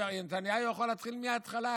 נתניהו יכול להתחיל מההתחלה.